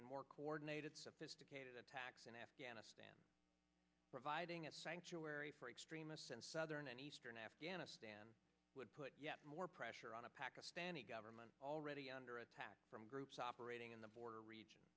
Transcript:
and more coordinated sophisticated attacks in afghanistan providing at sanctuary for extremists in southern and eastern afghanistan would put more pressure on a pakistani government already under attack from groups operating in the border region